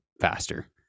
faster